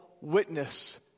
witness